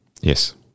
yes